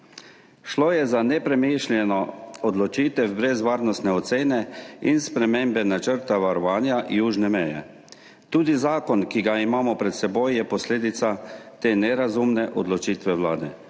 Šlo je za nepremišljeno odločitev brez varnostne ocene in spremembe načrta varovanja južne meje. Tudi zakon, ki ga imamo pred seboj, je posledica te nerazumne odločitve Vlade,